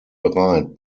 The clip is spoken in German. bereit